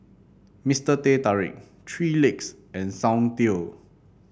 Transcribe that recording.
Mister Teh Tarik Three Legs and Soundteoh